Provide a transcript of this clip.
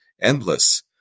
endless